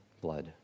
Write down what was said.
blood